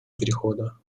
перехода